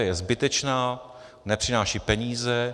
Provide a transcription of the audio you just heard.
Je zbytečná, nepřináší peníze.